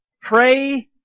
Pray